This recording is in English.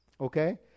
okay